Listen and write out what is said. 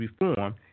reform